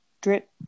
Drip